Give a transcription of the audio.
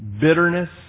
bitterness